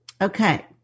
okay